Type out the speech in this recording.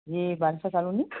यह बादशाह कॉलोनी